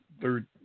third